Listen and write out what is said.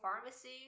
pharmacy